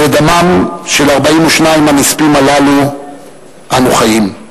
ובדמם של 42 הנספים הללו אנו חיים.